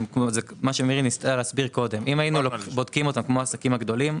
אם היינו בודקים אותם כמו העסקים הגדולים,